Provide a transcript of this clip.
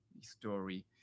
story